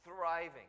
thriving